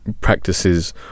practices